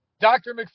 Dr